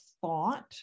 thought